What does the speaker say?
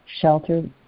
shelter